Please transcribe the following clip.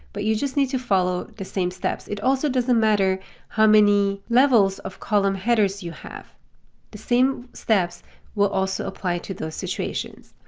but you just need to follow the same steps. it also doesn't matter how many levels of column headers you have the same steps will also apply to those situations.